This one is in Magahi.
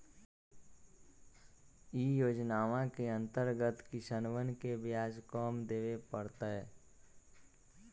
ई योजनवा के अंतर्गत किसनवन के ब्याज कम देवे पड़ तय